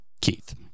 keith